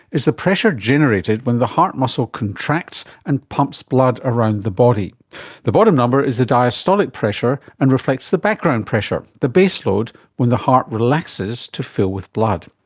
is the pressure generated when the heart muscle contracts and pumps blood around the body. and the bottom number is the diastolic pressure and reflects the background pressure, the baseload when the heart relaxes to fill with blood.